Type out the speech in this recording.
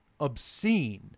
obscene